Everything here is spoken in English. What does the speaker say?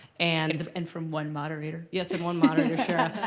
and and from one moderator. yes, and one moderator, shira.